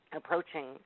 approaching